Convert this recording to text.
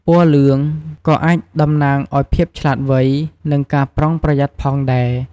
ពណ៌លឿងក៏អាចតំណាងឱ្យភាពឆ្លាតវៃ និងការប្រុងប្រយ័ត្នផងដែរ។